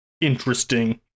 interesting